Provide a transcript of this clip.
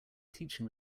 teaching